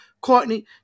Courtney